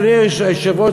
אדוני היושב-ראש,